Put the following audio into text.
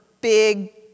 big